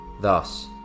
Thus